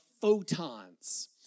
photons